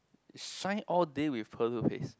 shine all day with pearl toothpaste